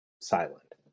silent